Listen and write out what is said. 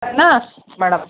है ना मैडम